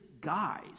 guys